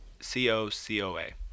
C-O-C-O-A